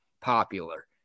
popular